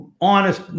Honest